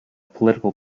political